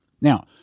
Now